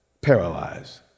paralyzed